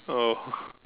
oh